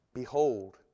Behold